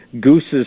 Goose's